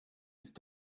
ist